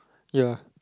ya